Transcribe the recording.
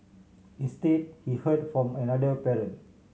instead he heard from another parent